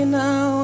now